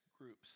groups